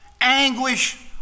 anguish